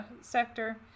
sector